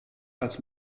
als